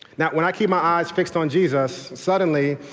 now when i keep my eyes fixed on jesus, suddenly